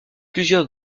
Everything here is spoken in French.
plusieurs